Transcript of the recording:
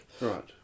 right